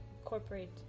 incorporate